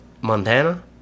Montana